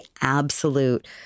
absolute